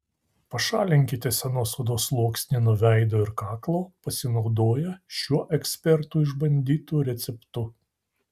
pašalinkite senos odos sluoksnį nuo veido ir kaklo pasinaudoję šiuo ekspertų išbandytu receptu